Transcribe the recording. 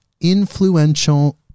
influential